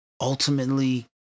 ultimately